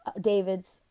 Davids